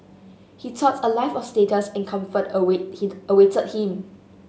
he thought a life of status and comfort awaited him